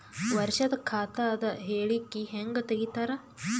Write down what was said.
ವರ್ಷದ ಖಾತ ಅದ ಹೇಳಿಕಿ ಹೆಂಗ ತೆಗಿತಾರ?